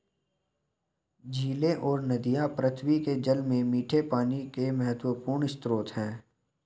झीलें और नदियाँ पृथ्वी के जल में मीठे पानी के महत्वपूर्ण स्रोत हैं